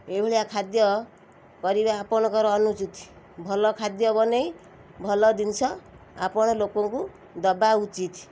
ଏଇଭଳିଆ ଖାଦ୍ୟ କରିବା ଆପଣଙ୍କର ଅନୁଚିତ୍ ଭଲ ଖାଦ୍ୟ ବନେଇ ଭଲ ଜିନିଷ ଆପଣ ଲୋକଙ୍କୁ ଦବା ଉଚିତ୍